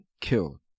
killed